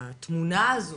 התמונה הזו